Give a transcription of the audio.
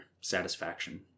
satisfaction